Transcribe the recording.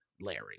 Larry